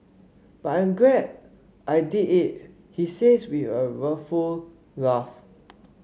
but I'm glad I did it he says with a rueful laugh